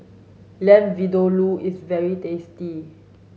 Lamb Vindaloo is very tasty